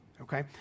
okay